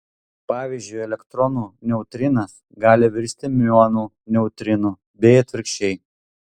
pavyzdžiui elektronų neutrinas gali virsti miuonų neutrinu bei atvirkščiai